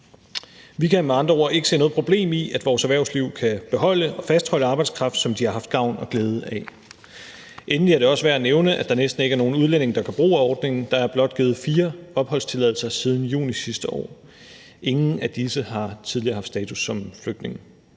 Vi kan med andre ord ikke se noget problem i, at vores erhvervsliv kan beholde og fastholde arbejdskraft, som de har haft gavn og glæde af. Endelig er det også værd at nævne, at der næsten ikke er nogen udlændinge, der gør brug af ordningen – der er blot givet fire opholdstilladelser siden juni sidste år. Ingen af disse har tidligere haft status som flygtninge.